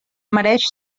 mereix